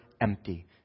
empty